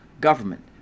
government